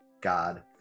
God